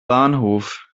bahnhof